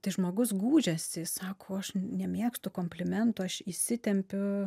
tai žmogus gūžiasi sako aš nemėgstu komplimentų aš įsitempiu